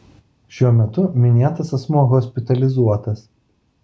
šiuo metu minėtas asmuo hospitalizuotas